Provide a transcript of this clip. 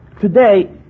Today